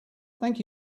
thank